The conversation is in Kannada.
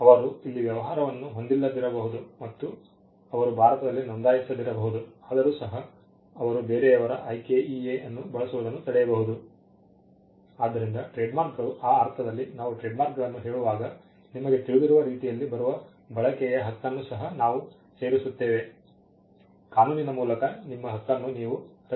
ಅವರು ಇಲ್ಲಿ ವ್ಯವಹಾರವನ್ನು ಹೊಂದಿಲ್ಲದಿರಬಹುದು ಮತ್ತು ಅವರು ಭಾರತದಲ್ಲಿ ನೋಂದಾಯಿಸದಿರಬಹುದು ಆದರೂ ಸಹ ಅವರು ಬೇರೆಯವರು IKEA ಅನ್ನು ಬಳಸುವುದನ್ನು ತಡೆಯಬಹುದು ಆದ್ದರಿಂದ ಟ್ರೇಡ್ಮಾರ್ಕ್ಗಳು ಆ ಅರ್ಥದಲ್ಲಿ ನಾವು ಟ್ರೇಡ್ಮಾರ್ಕ್ಗಳನ್ನು ಹೇಳುವಾಗ ನಿಮಗೆ ತಿಳಿದಿರುವ ರೀತಿಯಲ್ಲಿ ಬರುವ ಬಳಕೆಯ ಹಕ್ಕನ್ನು ಸಹ ನಾವು ಸೇರಿಸುತ್ತೇವೆ ಕಾನೂನಿನ ಮೂಲಕ ನಿಮ್ಮ ಹಕ್ಕನ್ನು ನೀವು ರಕ್ಷಿಸಬಹುದು